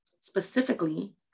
specifically